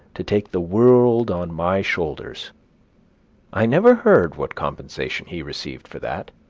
to take the world on my shoulders i never heard what compensation he received for that